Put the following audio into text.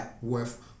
worth